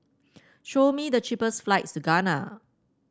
show me the cheapest flights to Ghana